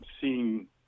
seeing